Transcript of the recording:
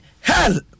hell